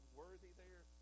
worthy"—there